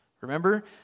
Remember